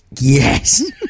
Yes